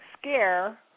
scare